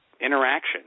interaction